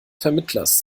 vermittlers